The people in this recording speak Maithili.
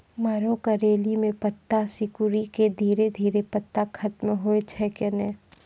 मरो करैली म पत्ता सिकुड़ी के धीरे धीरे पत्ता खत्म होय छै कैनै?